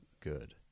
good